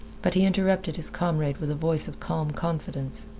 but he interrupted his comrade with a voice of calm confidence.